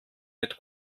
mit